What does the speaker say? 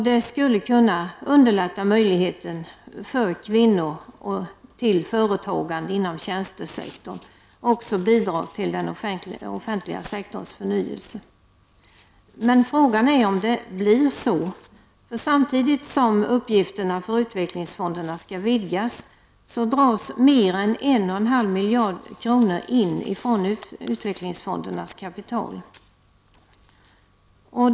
Det skulle kunna öka möjligheterna för kvinnor och möjligheterna till företagande inom tjänstesektorn och även bidra till den offentliga sektorns förnyelse. Men frågan är om det blir så. Samtidigt som uppgifterna för utvecklingsfonderna skall vidgas dras mer än en och en halv miljard kronor av utvecklingsfondernas kapital in.